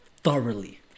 thoroughly